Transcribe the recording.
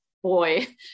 boy